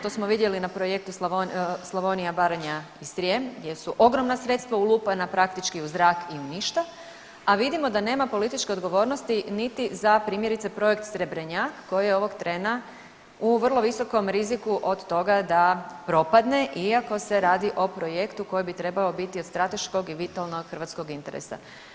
To smo vidjeli na projektu Slavonija, Baranja i Srijem gdje su ogromna sredstva ulupana praktički u zrak i u ništa, a vidimo da nema političke odgovornosti niti za primjerice projekt Srebrnjak koji je ovog trena u vrlo visokom riziku od toga da propadne iako se radi o projektu koji bi trebao biti od strateškog i vitalnog hrvatskog interesa.